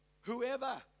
Whoever